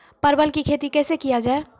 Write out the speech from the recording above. परवल की खेती कैसे किया जाय?